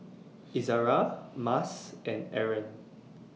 Izzara Mas and Aaron